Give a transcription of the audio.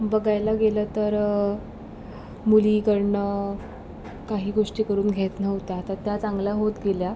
बघायला गेलं तर मुलीकडनं काही गोष्टी करून घेत नव्हत्या तर त्या चांगल्या होत गेल्या